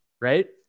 right